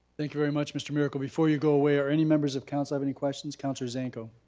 thank you very much mr. miracle, before you go away, are any members of council have any questions? councilor zanko.